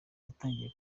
yatangiye